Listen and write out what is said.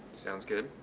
sounds good.